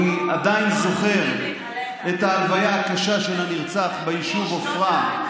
אני עדיין זוכר את ההלוויה הקשה של הנרצח ביישוב עופרה,